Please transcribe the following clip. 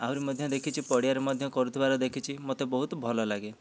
ଆହୁରି ମଧ୍ୟ ଦେଖିଛି ପଡ଼ିଆରେ ମଧ୍ୟ କରୁଥିବାର ଦେଖିଛି ମୋତେ ବହୁତ ଭଲ ଲାଗେ